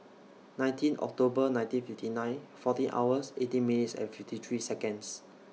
nineteen October nineteen fifty nine fourteen hours eighteen minutes and fifty three Seconds